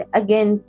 again